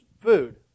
food